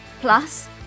Plus